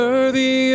Worthy